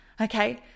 Okay